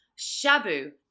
Shabu